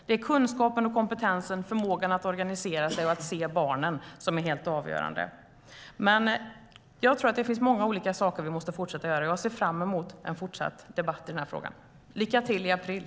Det är kunskapen och kompetensen, förmågan att organisera sig och att se barnen som är det helt avgörande. Jag tror att det finns många olika saker vi måste göra, och jag ser fram en fortsatt debatt i frågan. Lycka till i april!